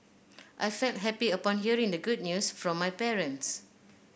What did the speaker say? I felt happy upon hearing the good news from my parents